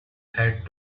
had